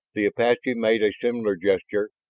the apache made a similar gesture,